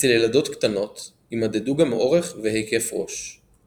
אצל ילדות קטנות ימדדו גם אורך והיקף ראש.